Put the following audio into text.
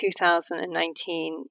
2019